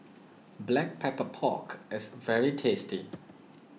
Black Pepper Pork is very tasty